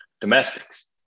domestics